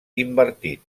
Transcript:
invertit